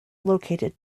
located